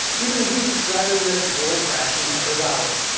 even weeks, rather than a total crash in a matter of hours.